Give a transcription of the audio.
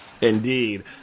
Indeed